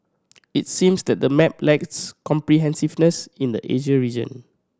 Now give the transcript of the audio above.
it seems that the map lacks comprehensiveness in the Asia region